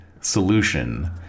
solution